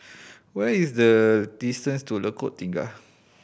what is the distance to Lengkok Tiga